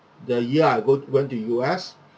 the year I go went to U_S